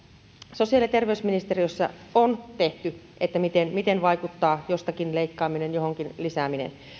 sosiaali ja terveysministeriössä on tehty että miten miten vaikuttaa jostakin leikkaaminen johonkin lisääminen